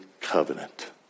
covenant